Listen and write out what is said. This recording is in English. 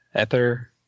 ether